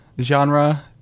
genre